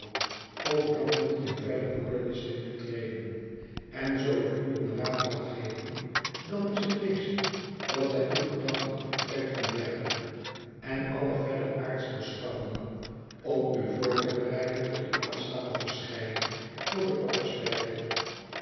over dat punt in verdere woordenwisseling te treden en zoo ik u een raad mag geven dan is het deze dat gy uw gedachten aftrekt van dergelijke en alle verdere aardsche beschouwingen om u voor te bereiden tot uwe aanstaande verschijning voor den oppersten rechter